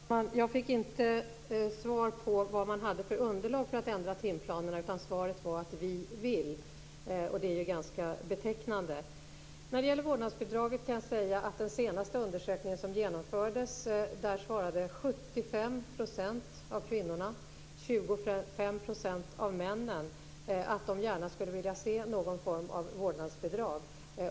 Herr talman! Jag fick inte svar på vad man hade för underlag för att ändra timplanerna, utan svaret var att vi vill, och det är ju ganska betecknande. När det gäller vårdnadsbidraget kan jag tala om att i den undersökning som genomfördes svarade 75 % av kvinnorna och 25 % av männen att de gärna skulle vilja se någon form av vårdnadsbidrag.